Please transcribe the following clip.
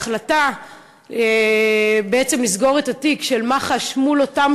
ההחלטה בעצם לסגור את התיק במח"ש מול אותם